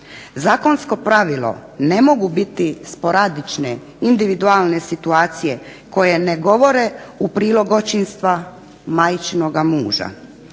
Zakonsko pravilo ne mogu biti sporadične, individualne situacije koje ne govore u prilog očinstva majčinoga muža.